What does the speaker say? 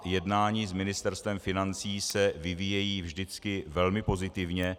Jednání s Ministerstvem financí se vyvíjejí vždycky velmi pozitivně.